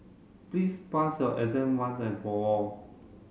please pass your exam once and for all